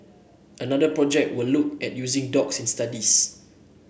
another project will look at using dogs in studies